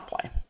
play